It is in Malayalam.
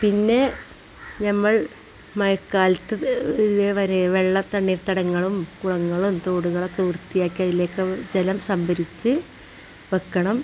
പിന്നെ നമ്മൾ മഴക്കാലത്ത് ഇന്നേവരെ വെള്ളം തണ്ണീർ തടങ്ങളും കുളങ്ങളും തോടുകളുമൊക്കെ വൃത്തിയാക്കി അതിലേക്ക് ജലം സംഭരിച്ച് വയ്ക്കണം